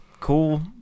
cool